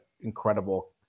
incredible